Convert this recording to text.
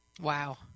wow